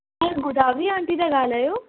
तव्हां हे गोदावरी अंटी था ॻाल्हायो